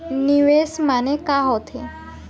निवेश माने का होथे?